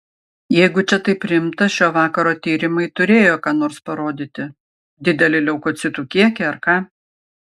jeigu čia taip rimta šio vakaro tyrimai turėjo ką nors parodyti didelį leukocitų kiekį ar ką